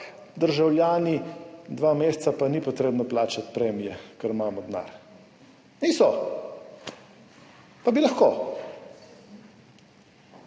državljani, dva meseca ni potrebno plačati premije, ker imamo denar. Niso, pa bi lahko!